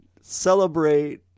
celebrate